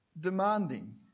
demanding